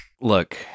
Look